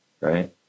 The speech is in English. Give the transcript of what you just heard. Right